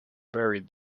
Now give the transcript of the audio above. buried